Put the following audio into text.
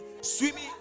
swimming